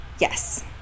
Yes